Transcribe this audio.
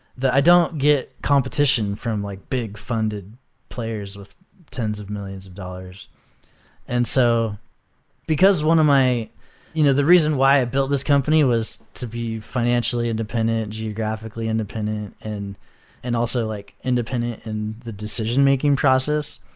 i don't get competition from like big funded players with tens of millions of dollars and so because one of my you know the reason why i built this company was to be financially independent, geographically independent and and also like independent in the decision making process.